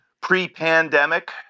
pre-pandemic